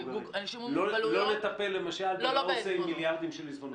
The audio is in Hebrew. לא נטפל למשל בנושא מיליארדים של עיזבונות.